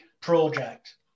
project